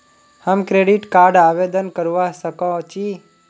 हम credit card आवेदन करवा संकोची?